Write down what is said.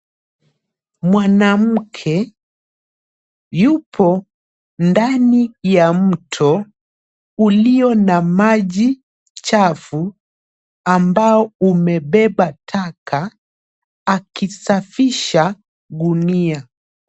Mwanamke yupo ndani ya mto ulio na maji chafu ambao umebeba taka akisafisha gunia.